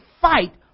fight